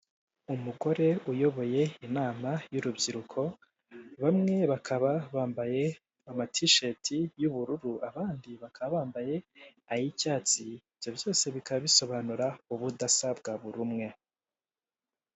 Umugore uyoboye inama y'urubyiruko, bamwe bakaba bambaye amatisheti y'ubururu, abandi bakaba bambaye ay'icyatsi, ibyo byose bikaba bisobanura ubudasa bwa buri umwe.